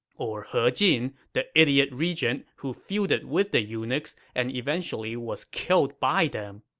or he jin, the idiot regent who feuded with the eunuchs and eventually was killed by them.